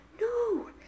No